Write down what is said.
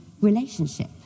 relationship